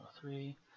three